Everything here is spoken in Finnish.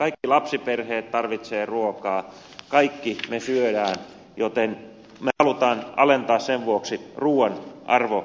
kaikki lapsiperheet tarvitsevat ruokaa kaikki me syömme joten me haluamme alentaa sen vuoksi ruuan arvonlisäverotusta